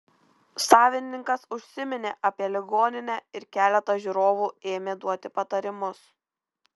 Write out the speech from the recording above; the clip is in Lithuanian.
savininkas užsiminė apie ligoninę ir keletas žiūrovų ėmė duoti patarimus